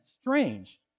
strange